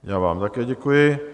Já vám také děkuji.